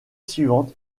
suivante